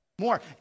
More